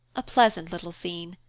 a pleasant little scene.